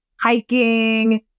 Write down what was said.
hiking